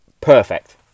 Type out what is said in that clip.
Perfect